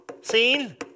Seen